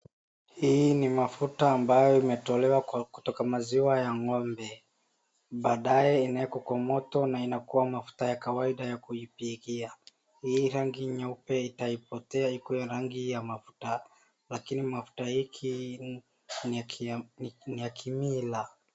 Hii ni mafuta ambayo imetolewa kwa kutoka maziwa ya ng'ombe .Baadae inaekwaa kwa moto na inakuwa mafuta ya kawaida ya kupikia. Hii rangi nyeupe itaipotea ikuwe rangi ya mafuta lakini mafuta hiki ni ya kimila.